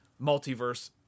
multiverse